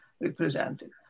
represented